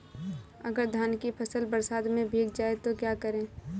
अगर धान की फसल बरसात में भीग जाए तो क्या करें?